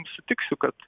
sutiksiu kad